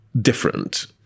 different